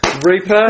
Reaper